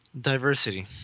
Diversity